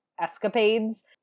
escapades